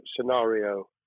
scenario